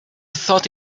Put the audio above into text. thought